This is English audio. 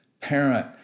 parent